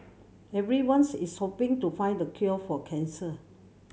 everyone's is hoping to find the cure for cancer